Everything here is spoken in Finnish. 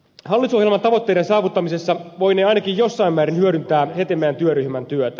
hallitusohjelman tavoitteiden saavuttamisessa voinee ainakin jossain määrin hyödyntää hetemäen työryhmän työtä